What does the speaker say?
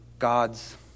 God's